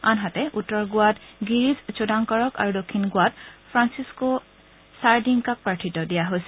আনহাতে উত্তৰ গোৱাত গিৰীশ ছোদাংকৰক আৰু দক্ষিণ গোৱাত ফ্ৰাপিছক ছাৰদিংহাক প্ৰাৰ্থিত্ব দিয়া হৈছে